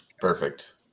Perfect